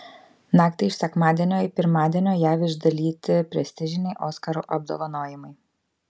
naktį iš sekmadienio į pirmadienio jav išdalyti prestižiniai oskarų apdovanojimai